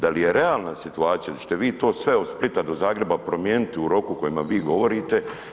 Da li je realna situacija, hoćete vi to od Splita do Zagreba promijeniti u roku u kojima vi govorite?